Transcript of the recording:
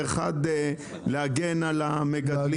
והשני הוא להגן על המגדלים.